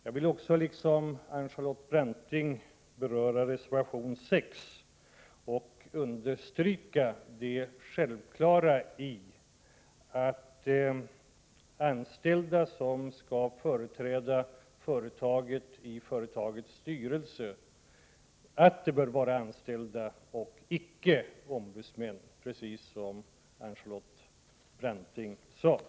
Jag vill också beröra reservation 6 och understryka det självklara i att det bör vara anställda och inte ombudsmän som skall företräda företaget i företagets styrelse, precis som Charlotte Branting sade.